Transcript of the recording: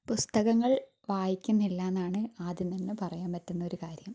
പുസ്തകങ്ങൾ വായിക്കുന്നില്ല എന്നാണ് ആദ്യം തന്നെ പറയാൻ പറ്റുന്ന ഒരു കാര്യം